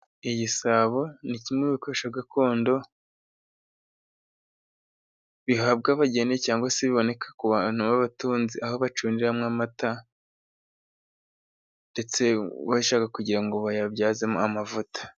Igisabo ni kimwe mu bikoresho gakondo bihabwa abageni, cyangwa se biboneka ku bantu babatunzi aho bacundiramo amata, ndetse bashaka kugira ngo bayabyazemo amavuta.